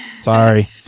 Sorry